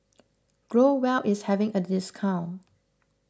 Growell is having a discount